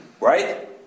right